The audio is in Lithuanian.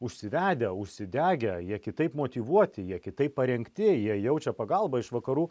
užsivedę užsidegę jie kitaip motyvuoti jie kitaip parengti jie jaučia pagalbą iš vakarų